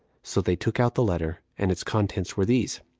so they took out the letter, and its contents were these